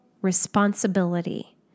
responsibility